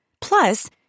Plus